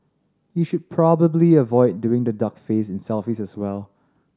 you should probably avoid doing the duck face in selfies as well